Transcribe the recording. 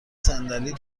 صندلی